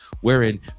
wherein